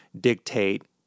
dictate